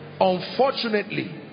Unfortunately